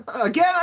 Again